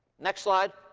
next slide